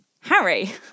Harry